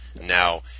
Now